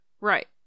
right